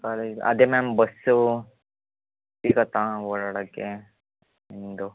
ಅದೆ ಈಗ ಅದೆ ಮ್ಯಾಮ್ ಬಸ್ಸೂ ಸಿಗತ್ತಾ ಓಡಾಡಕ್ಕೆ ನಿಮ್ಮದು